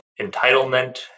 entitlement